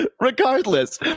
regardless